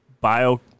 bio